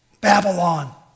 Babylon